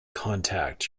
contact